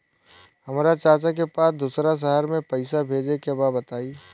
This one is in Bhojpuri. हमरा चाचा के पास दोसरा शहर में पईसा भेजे के बा बताई?